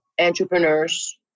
entrepreneurs